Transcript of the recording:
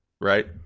right